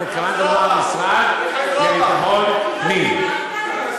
אבל התכוונתי למשרד לביטחון פנים.